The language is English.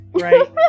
Right